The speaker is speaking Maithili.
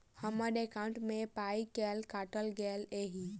हम्मर एकॉउन्ट मे पाई केल काटल गेल एहि